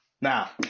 Now